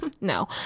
No